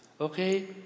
Okay